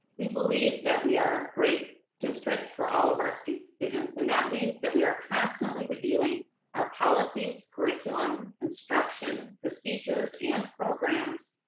we believe that we are a great district for all of our students students and that means that we are constantly reviewing our policies, curriculum, instruction, procedures, and programs,